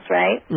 right